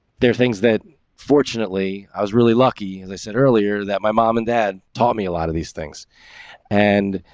they're things that fortunately, i was really lucky. and they said earlier that my mom and dad taught me a lot of these things and,